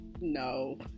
no